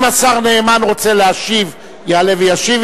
אם השר נאמן רוצה להשיב, יעלה וישיב.